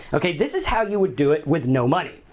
okay, this is how you would do it with no money.